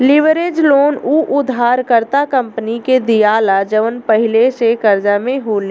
leverage loan उ उधारकर्ता company के दीआला जवन पहिले से कर्जा में होले